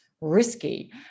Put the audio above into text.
risky